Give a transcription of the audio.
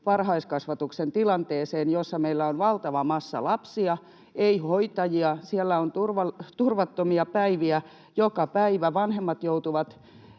varhaiskasvatuksen tilanteeseen, niin tiedätte, että meillä on valtava massa lapsia mutta ei hoitajia ja siellä on turvattomia päiviä joka päivä ja vanhemmat joutuvat